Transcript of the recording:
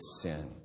sin